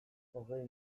hogei